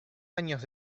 años